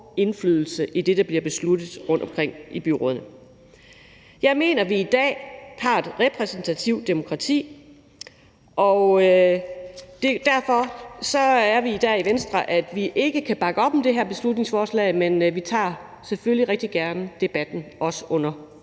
indflydelse på det, der bliver besluttet rundtomkring i byrådene. Vi har i dag et repræsentativt demokrati, og derfor er vi i Venstre dér, hvor vi ikke kan bakke op om det her beslutningsforslag, men vi tager selvfølgelig rigtig gerne debatten, også under